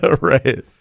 Right